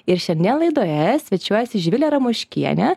ir šiandien laidoje svečiuojasi živilė ramoškienė